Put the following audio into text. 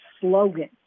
slogan